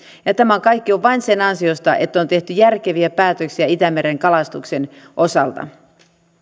ja tämä kaikki on vain sen ansiota että on tehty järkeviä päätöksiä itämeren kalastuksen osalta